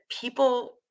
people